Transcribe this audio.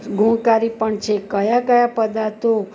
ગુણકારી પણ છે કયા કયા પદાર્થો